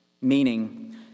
meaning